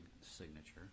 signature